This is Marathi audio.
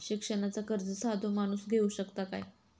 शिक्षणाचा कर्ज साधो माणूस घेऊ शकता काय?